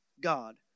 God